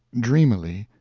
dreamily,